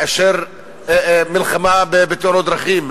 מאשר מלחמה בתאונות דרכים,